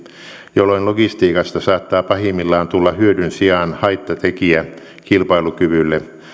jolloin logistiikasta saattaa pahimmillaan tulla hyödyn sijaan haittatekijä kilpailukyvylle